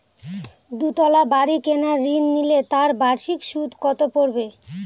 দুতলা বাড়ী কেনার ঋণ নিলে তার বার্ষিক সুদ কত পড়বে?